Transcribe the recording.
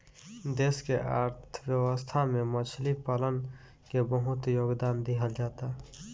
देश के अर्थव्यवस्था में मछली पालन के बहुत योगदान दीहल जाता